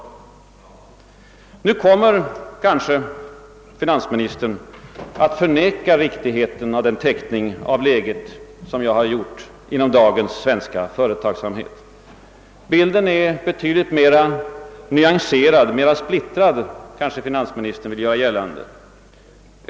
Nu kommer kanske finansministern 9 att förneka riktigheten av den teckning av läget som jag har gjort av dagens svenska företagsamhet. Finansministern kommer kanske att göra gällande att bilden är betydligt mera nyanserad och mer splittrad.